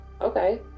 okay